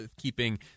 keeping